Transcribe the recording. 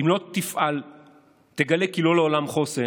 אם לא תפעל תגלה כי לא לעולם חוסן,